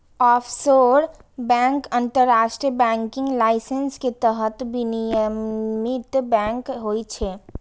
offshore bank अंतरराष्ट्रीय banking licence के तहत विनियमित बैंक होइ छै